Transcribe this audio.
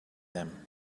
them